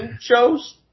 shows